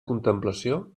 contemplació